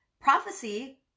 Prophecy